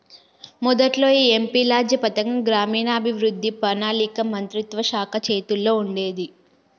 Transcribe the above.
మొదట్లో ఈ MPLADS పథకం గ్రామీణాభివృద్ధి పణాళిక మంత్రిత్వ శాఖ చేతుల్లో ఉండేది